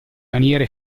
maniera